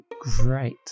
great